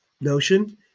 notion